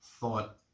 thought